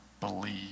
believe